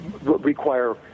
require